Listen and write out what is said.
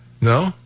No